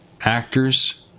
actors